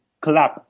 club